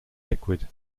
liquid